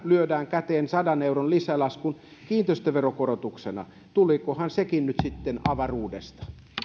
lyödään käteen sadan euron lisälasku kiinteistöveron korotuksena tulikohan sekin nyt sitten avaruudesta